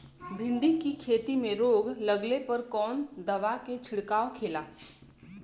भिंडी की खेती में रोग लगने पर कौन दवा के छिड़काव खेला?